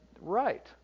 right